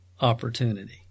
opportunity